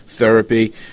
therapy